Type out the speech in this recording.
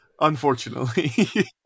unfortunately